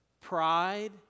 pride